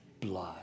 blood